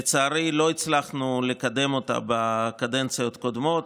לצערי, לא הצלחנו לקדם אותה בקדנציות הקודמות,